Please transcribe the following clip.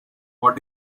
what